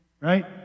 right